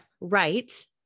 right